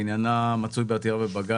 אלו דברים חדשים שלא היו בפנינו בפעם